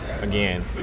again